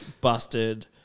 busted